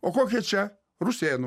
o kokia čia rusėnų